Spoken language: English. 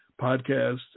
podcast